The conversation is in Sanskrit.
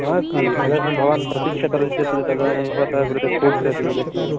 नास्ति तदर्थं भवान् प्रतीक्षा करोति चेत् तदानीं भवतः कृते फ़ूड्स् अपि मिलति